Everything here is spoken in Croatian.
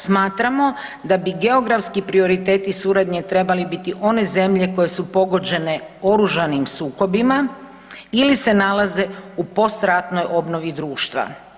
Smatramo da bi geografski prioriteti suradnje trebali biti one zemlje koje su pogođene oružanim sukobima ili se nalaze u post ratnoj obnovi društva.